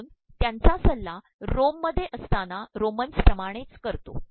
म्हणून त्यांचा सल्ला रोममध्ये असताना रोमन्सिमाणेच करतो